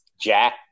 jack